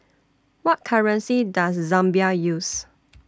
What currency Does Zambia use